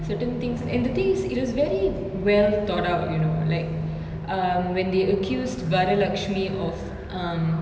certain things and the thing is it is very well thought out you know like um when they accused varalaxmi of um